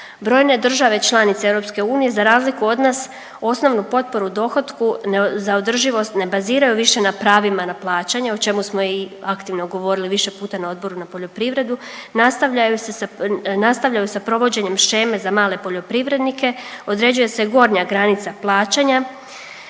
Brojne države članice EU, za razliku od nas, osnovnu potporu u dohotku ne, za održivost, ne baziraju više na pravima na plaćanje, o čemu smo i aktivno govorili više puta na Odboru na poljoprivredu, nastavljaju sa provođenje sheme za male poljoprivrednike, određuje se gornja granica plaćanja,